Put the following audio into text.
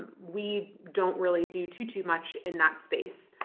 we don't really do too too much in that space